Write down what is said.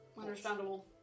Understandable